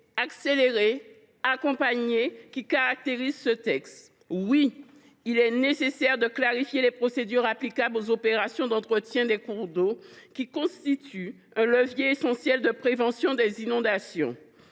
accélérer accompagner, qui caractérise ce texte. Oui, il est nécessaire de clarifier les procédures applicables aux opérations d’entretien des cours d’eau, qui constituent un levier essentiel de prévention des inondations.